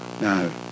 no